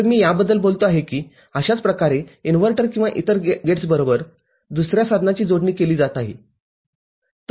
तर मी याबद्दल बोलतो आहे की अशाच प्रकारे इनव्हर्टर किंवा इतर गेट्स बरोबर दुसर्या साधनाची जोडणी केली जात आहे